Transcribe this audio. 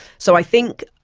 so i think